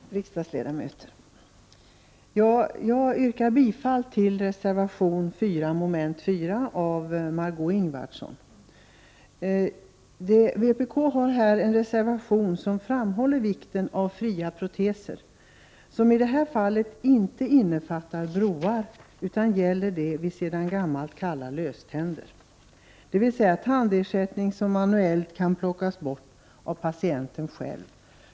Herr talman! Riksdagsledamöter! Jag yrkar under mom. 4 bifall till reservation 4 av Margö Ingvardsson och mig. I denna reservation framhålls vikten av kostnadsfria proteser, som i detta fall inte innefattar broar utan det som vi sedan gammalt kallar löständer, dvs. tandersättning som manuellt kan plockas bort av patienten själv.